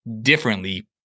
differently